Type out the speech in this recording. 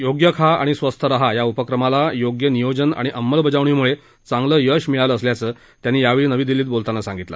योग्य खा आणि स्वस्थ राहा या उपक्रमाला योग्य नियोजन आणि अमंलबजावणीमुळे चांगलं यश मिळालं असल्याचं त्यांनी यावेळी नवी दिल्लीत बोलतांना सांगितलं